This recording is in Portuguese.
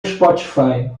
spotify